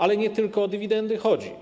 Ale nie tylko o dywidendy chodzi.